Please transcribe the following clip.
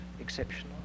exceptional